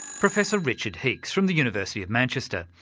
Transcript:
professor richard heeks, from the university of manchester.